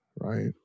right